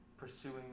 pursuing